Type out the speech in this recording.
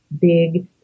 big